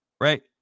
Right